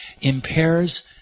impairs